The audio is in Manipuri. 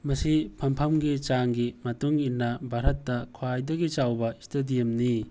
ꯃꯁꯤ ꯐꯝꯐꯝꯒꯤ ꯆꯥꯡꯒꯤ ꯃꯇꯨꯡ ꯏꯟꯅ ꯚꯥꯔꯠꯇ ꯈ꯭ꯋꯥꯏꯗꯒꯤ ꯆꯥꯎꯕ ꯏꯁꯇꯦꯗꯤꯌꯝꯅꯤ